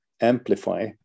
amplify